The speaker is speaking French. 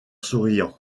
souriant